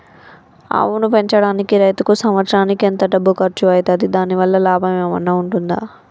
ఆవును పెంచడానికి రైతుకు సంవత్సరానికి ఎంత డబ్బు ఖర్చు అయితది? దాని వల్ల లాభం ఏమన్నా ఉంటుందా?